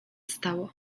stało